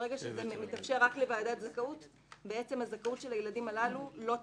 ברגע שזה מתאפשר רק לוועדת זכאות בעצם הזכאות של הילדים הללו לא תיבחן.